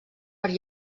per